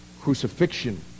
crucifixion